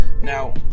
Now